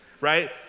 right